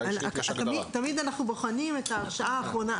תמיד אנחנו בוחנים את ההרשאה האחרונה.